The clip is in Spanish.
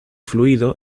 fluido